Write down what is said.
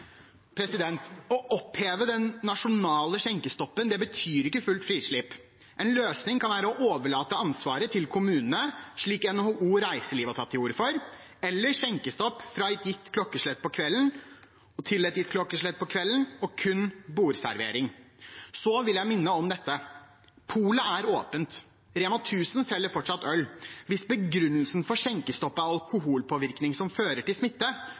Å oppheve den nasjonale skjenkestoppen betyr ikke fullt frislipp. En løsning kan være å overlate ansvaret til kommunene, slik NHO Reiseliv har tatt til orde for, eller skjenkestopp fra et gitt klokkeslett på kvelden til et gitt klokkeslett på kvelden og kun bordservering. Så vil jeg minne om dette: Polet er åpent, REMA 1000 selger fortsatt øl. Hvis begrunnelsen for skjenkestopp er alkoholpåvirkning som fører til